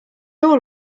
all